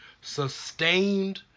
sustained